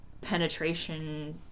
penetration